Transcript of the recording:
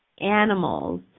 animals